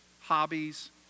hobbies